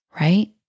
right